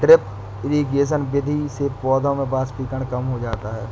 drip irrigation विधि से पौधों में वाष्पीकरण कम हो जाता है